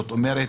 זאת אומרת,